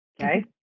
Okay